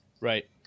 Right